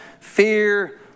fear